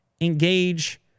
engage